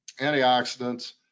antioxidants